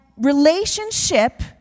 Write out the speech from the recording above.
relationship